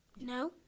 No